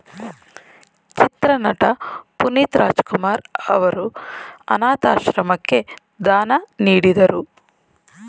ಚಿತ್ರನಟ ಪುನೀತ್ ರಾಜಕುಮಾರ್ ಅವರು ಅನಾಥಾಶ್ರಮಕ್ಕೆ ದಾನ ನೀಡಿದರು